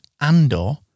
Andor